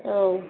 औ